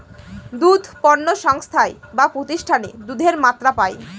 দুধ পণ্য সংস্থায় বা প্রতিষ্ঠানে দুধের মাত্রা পায়